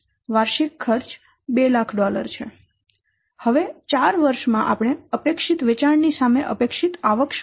તેથી હવે આપણે 4 વર્ષ માં અપેક્ષિત વેચાણ ની સામે અપેક્ષિત આવક શું છે